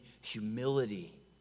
humility